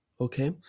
okay